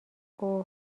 اوه